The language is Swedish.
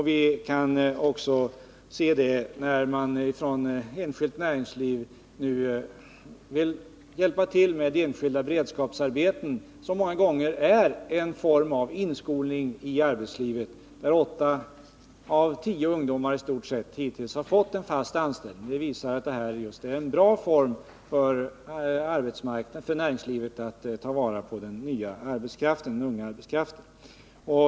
Vi kan också se det när det enskilda näringslivet nu vill hjälpa till med de beredskapsarbeten som många gånger är en form av inskolning i arbetslivet och där åtta av tio ungdomar i stort sett hittills har fått fast anställning. Det visar att detta är en bra form för näringslivet att ta vara på den unga arbetskraften.